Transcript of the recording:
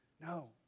no